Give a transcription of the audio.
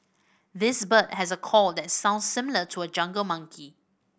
this bird has a call that sounds similar to a jungle monkey